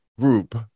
group